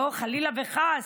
לא, חלילה וחס.